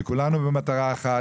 וכולנו במטרה אחת.